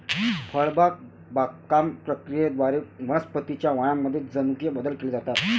फळबाग बागकाम प्रक्रियेद्वारे वनस्पतीं च्या वाणांमध्ये जनुकीय बदल केले जातात